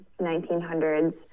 1900s